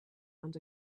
and